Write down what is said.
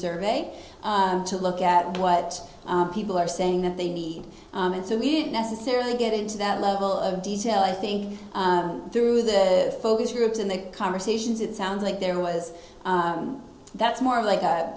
survey to look at what people are saying that they need and so we didn't necessarily get into that level of detail i think through the focus groups in the conversations it sounds like there was that's more like